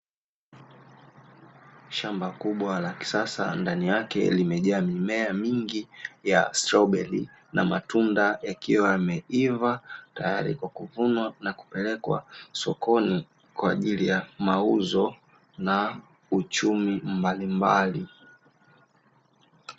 Shamba kubwa la kisasa ndani yake limejaa mimea mingi ya stroberi, na matunda yakiwa yameiva tayari kwa kuvunwa na kupelekwa sokoni, kwa ajili ya mauzo na uchumi mbalimbali.